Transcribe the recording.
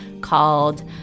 called